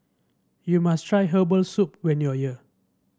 you must try Herbal Soup when you are here